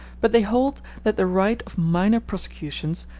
but they hold that the right of minor prosecutions,